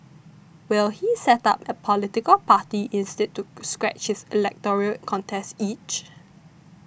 will he set up a political party instead to scratch his electoral contest itch